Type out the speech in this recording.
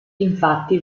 infatti